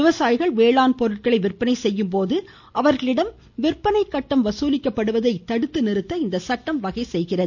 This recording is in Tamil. விவசாயிகள் வேளாண் பொருட்களை விற்பனை செய்யும்போது அவர்களிடம் விற்பனை கட்டணம் வசூலிக்கப்படுவது தடுத்து நிறுத்த இந்த சட்டம் வகை செய்கிறது